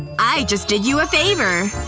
i just did you a favor.